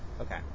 Okay